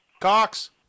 Cox